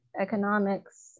economics